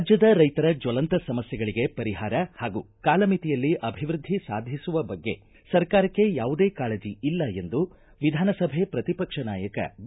ರಾಜ್ಯದ ರೈತರ ಜ್ವಲಂತ ಸಮಸ್ಥೆಗಳಗೆ ಪರಿಹಾರ ಹಾಗೂ ಕಾಲಮಿತಿಯಲ್ಲಿ ಅಭಿವೃದ್ದಿ ಸಾಧಿಸುವ ಬಗ್ಗೆ ಸರ್ಕಾರಕ್ಕೆ ಯಾವುದೇ ಕಾಳಜಿ ಇಲ್ಲ ಎಂದು ವಿಧಾನಸಭೆ ಪ್ರತಿಪಕ್ಷ ನಾಯಕ ಬಿ